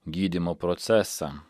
gydymo procesą